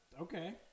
okay